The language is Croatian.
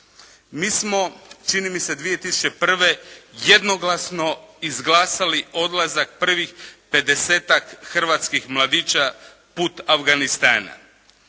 Mi smo čini mi se 2001. jednoglasno izglasali odlazak prvih 50-tak hrvatskih mladića put Afganistana.